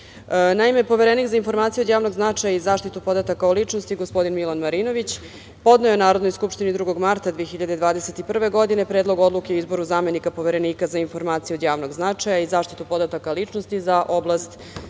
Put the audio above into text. Poverenik za informacije od javnog značaja i zaštitu podataka o ličnosti, gospodin Milan Marinović podneo je Narodnoj skupštini 2. marta 2021. godine Predlog odluke o izboru zamenika Poverenika za informacije od javnog značaja i zaštitu podataka o ličnosti za oblast